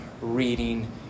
reading